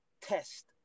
test